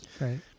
right